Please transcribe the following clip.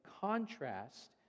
contrast